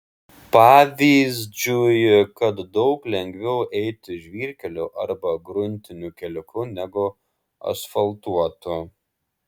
pavyzdžiui kad daug lengviau eiti žvyrkeliu arba gruntiniu keliuku negu asfaltuotu